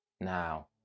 Now